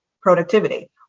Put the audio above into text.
productivity